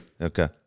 Okay